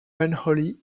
unholy